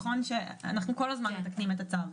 אנחנו כל הזמן מתקנים את הצו.